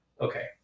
Okay